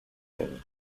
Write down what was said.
them